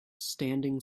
standing